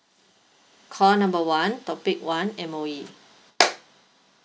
call number one topic one M_O_E